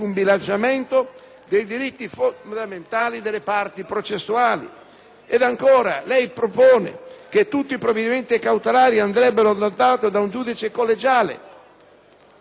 Ancora, lei propone che «tutti i provvedimenti cautelari andrebbero adottati da un giudice collegiale»: anche su questo siamo d'accordo. Per quanto riguarda lo spinosissimo tema